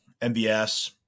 MBS